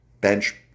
bench